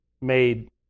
made